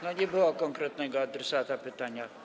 Nie było konkretnego adresata pytania.